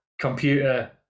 computer